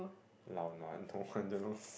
lao-nua don't want to know